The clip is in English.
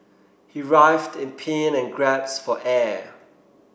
he writhed in pain and gasped for air